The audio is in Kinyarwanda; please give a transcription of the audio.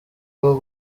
bwo